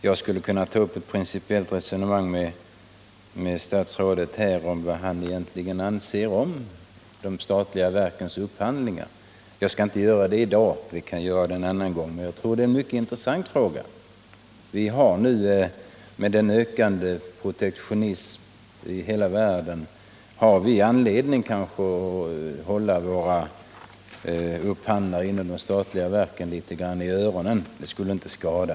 Jag skulle ju här kunna ta upp ett principiellt resonemang med statsrådet om vad han egentligen anser om de statliga verkens upphandlingar — jag skall dock inte göra det i dag, men jag kanske kan göra det en annan gång - eftersom jag tycker att detta är en mycket intressant fråga. Med den i hela världen ökande protektionismen har vi anledning att hålla ögonen på våra upphandlingar inom de statliga verken — det skulle kanske inte skada.